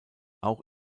auch